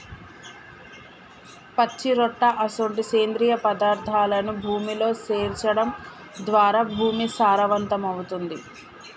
పచ్చిరొట్ట అసొంటి సేంద్రియ పదార్థాలను భూమిలో సేర్చడం ద్వారా భూమి సారవంతమవుతుంది